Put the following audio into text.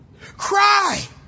cry